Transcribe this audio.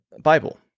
Bible